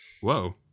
Whoa